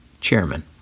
Chairman